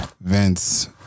Vince